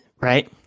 right